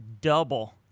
double